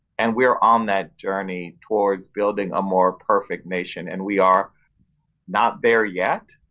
and we are on that journey toward building a more perfect nation. and we are not there yet,